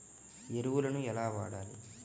ఎరువులను ఎలా వాడాలి?